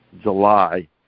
July